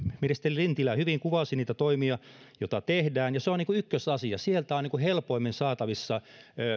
ministeri lintilä hyvin kuvasi niitä toimia joita tehdään ja se on ykkösasia sieltä on helpoimmin saatavissa